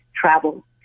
travel